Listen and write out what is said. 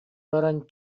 баран